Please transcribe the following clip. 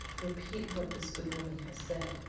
repeat what this good woman has said,